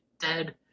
dead